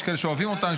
יש כאלה שאוהבים אותן,